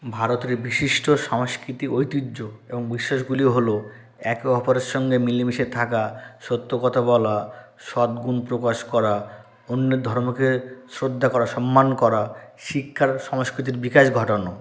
ভারতের বিশিষ্ট সংস্কৃতি ঐতিহ্য এবং বিশ্বাসগুলি হলো একে অপরের সঙ্গে মিলে মিশে থাকা সত্য কথা বলা সৎ গুণ প্রকাশ করা অন্যের ধর্মকে শ্রদ্ধা করা সম্মান করা শিক্ষার সংস্কৃতির বিকাশ ঘটানো